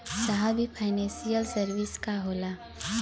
साहब इ financial service का होला?